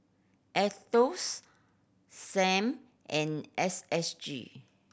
Aetos Sam and S S G